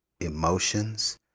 emotions